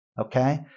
okay